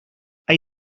hay